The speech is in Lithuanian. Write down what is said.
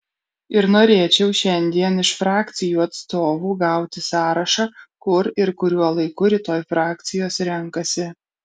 ir norėčiau šiandien iš frakcijų atstovų gauti sąrašą kur ir kuriuo laiku rytoj frakcijos renkasi